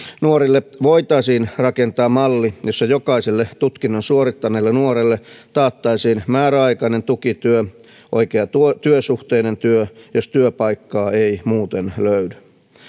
nuorille voitaisiin rakentaa malli jossa jokaiselle tutkinnon suorittaneelle nuorelle taattaisiin määräaikainen tukityö oikea työsuhteinen työ jos työpaikkaa ei muuten löydy